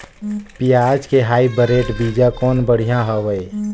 पियाज के हाईब्रिड बीजा कौन बढ़िया हवय?